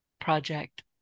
project